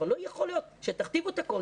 אבל לא יכול שתכתיבו את הכול,